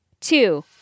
two